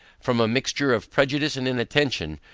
from a mixture of prejudice and inattention,